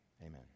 Amen